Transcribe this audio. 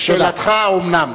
ושאלתך: האומנם?